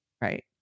Right